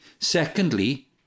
Secondly